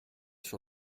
sur